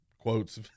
quotes